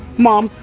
mom,